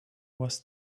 was